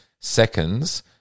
seconds